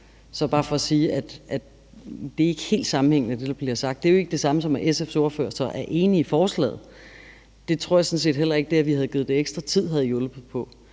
at det ikke er helt sammenhængende, det, der bliver sagt. Det er jo ikke det samme, som at SF's ordfører så er enig i forslaget. Det tror jeg sådan set heller ikke at det, at vi havde givet det ekstra tid, havde hjulpet på.